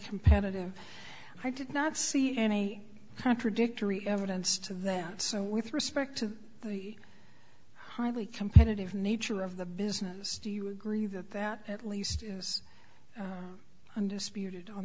competitive i did not see any contradictory evidence to that so with respect to the highly competitive nature of the business do you agree that that at least is undisputed on